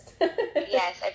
Yes